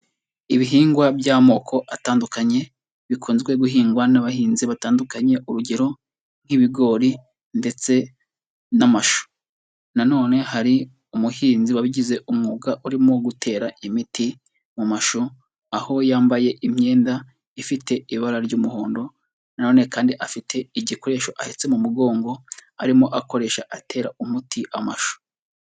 Ibihingwa by'amoko atandukanye bikunzwe guhingwa n'abahinzi batandukanye, urugero nk'ibigori ndetse n'amashu nanone hari umuhinzi wabigize umwuga urimo gutera imiti mu mashu, aho yambaye imyenda ifite ibara ry'umuhondo, nanone kandi afite igikoresho ahetse mu mugongo arimo akoresha atera umuti amashu.